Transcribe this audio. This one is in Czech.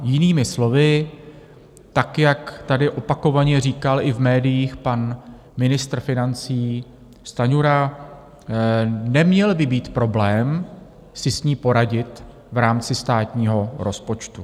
Jinými slovy, tak jak tady opakovaně říkal i v médiích pan ministr financí Stanjura, neměl by být problém si s ní poradit v rámci státního rozpočtu.